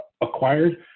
acquired